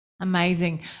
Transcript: amazing